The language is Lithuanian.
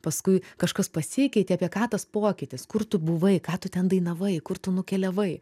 paskui kažkas pasikeitė apie ką tas pokytis kur tu buvai ką tu ten dainavai kur tu nukeliavai